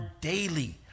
daily